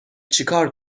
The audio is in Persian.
چیکار